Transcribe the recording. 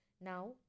Now